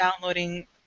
downloading